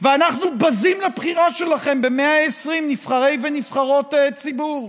ואנחנו בזים לבחירה שלכם ב-120 נבחרי ונבחרות ציבור.